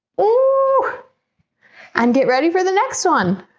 oh and get ready for the next one